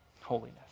holiness